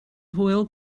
hwyl